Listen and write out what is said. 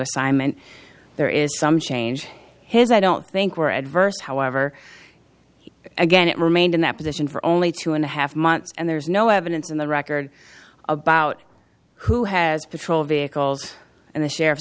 assignment there is some change his i don't think were adverse however again it remained in that position for only two and a half months and there's no evidence in the record about who has patrol vehicles and the sheriff's